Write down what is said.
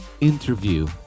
interview